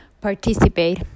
participate